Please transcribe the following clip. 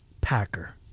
Packer